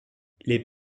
les